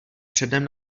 předem